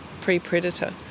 pre-predator